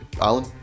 Alan